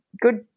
good